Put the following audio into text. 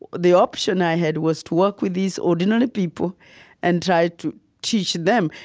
the option i had was to work with these ordinary people and try to teach them.